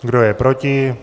Kdo je proti?